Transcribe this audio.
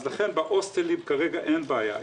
בהוסטלים אין כרגע בעיה,